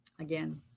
Again